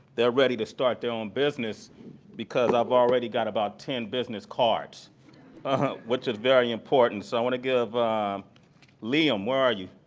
ready to start their own business because i have already got about ten business cards which is very important. so i want to give liam, where are you?